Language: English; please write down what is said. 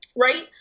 right